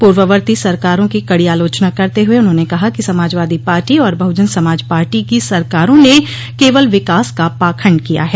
पूर्ववर्ती सरकारों की कड़ी आलोचना करते हए उन्होंने कहा कि समाजवादी पार्टी और बहजन समाज पार्टी की सरकारों ने केवल विकास का पाखंड किया है